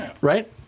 right